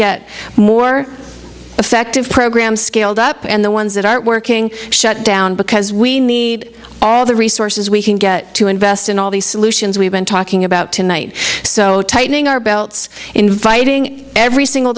get more effective programs scaled up and the ones that are working shut down because we need all the resources we can get to invest in all these solutions we've been talking about tonight so tightening our belts inviting every single